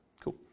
Cool